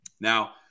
Now